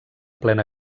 plena